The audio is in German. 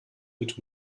mit